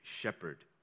shepherd